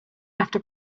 after